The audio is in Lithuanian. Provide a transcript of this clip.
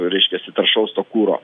reiškiasi taršaus to kuro